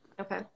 okay